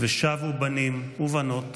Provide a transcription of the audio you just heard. ושבו בנים" ובנות,